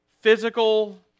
physical